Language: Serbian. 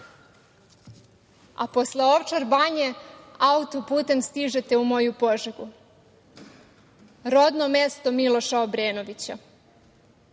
Posle Ovčar banje autoputem stižete u moju Požegu, rodno mesto Miloša Obrenovića.